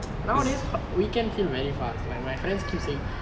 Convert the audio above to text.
nowadays we can feel very fast like my friends keep saying